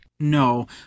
No